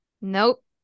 Nope